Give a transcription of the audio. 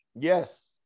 Yes